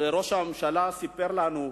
וראש הממשלה סיפר לנו: